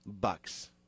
bucks